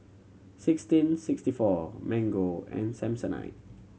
Sixteen Sixty Four Mango and Samsonite